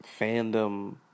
Fandom